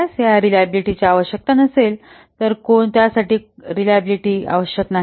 म्हणून जर यास या रेलिएबिलिटीची आवश्यकता नसेल तर त्यासाठी रेलिएबिलिटी आवश्यक नाही